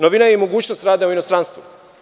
Novina je i mogućnost rada u inostranstvu.